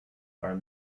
are